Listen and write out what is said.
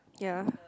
ya